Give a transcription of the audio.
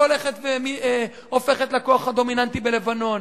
שהולך והופך לכוח הדומיננטי בלבנון,